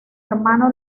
hermano